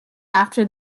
after